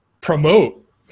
promote